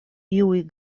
iuj